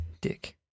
dick